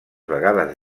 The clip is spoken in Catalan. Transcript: vegades